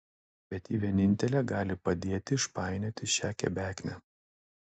bet ji vienintelė gali padėti išpainioti šią kebeknę